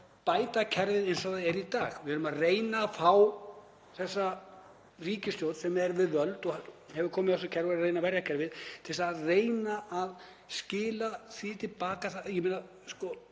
bæta kerfið eins og það er í dag. Við erum að reyna að fá þessa ríkisstjórn sem er við völd og hefur komið þessu kerfi á og er að reyna að verja kerfið til þess að reyna að skila til baka.